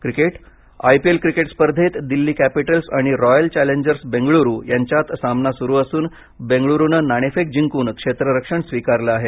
cricket I P L cricket स्पर्धेत Delhi Capitals आणि Royal Challengers Bengaluru यांच्यात सामना सुरु असून बेंगळूरूनं नाणेफेक जिंकून क्षेत्ररक्षण स्वीकारलं आहे